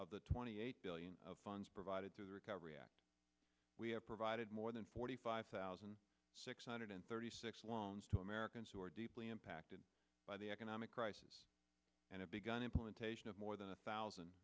of the twenty eight billion of funds provided to the recovery act we have provided more than forty five thousand six hundred thirty six loans to americans who are deeply impacted by the economic crisis and begun implementation of more than a thousand